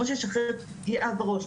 כמו שיש אחרי פגיעה בראש,